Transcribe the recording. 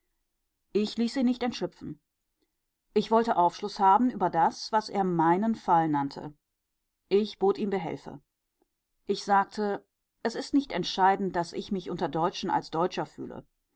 ich ließ ihn nicht entschlüpfen ich wollte aufschluß haben über das was er meinen fall nannte ich bot ihm behelfe ich sagte es ist nicht entscheidend daß ich mich unter deutschen als deutscher fühle